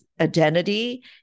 identity